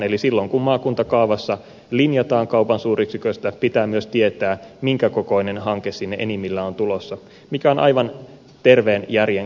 eli silloin kun maakuntakaavassa linjataan kaupan suuryksiköstä pitää myös tietää minkä kokoinen hanke sinne enimmillään on tulossa mikä on aivan terveen järjen käyttöä